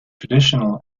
traditional